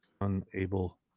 Unable